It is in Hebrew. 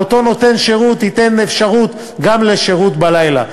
ואותו נותן שירות ייתן אפשרות גם לקבלת שירות בלילה.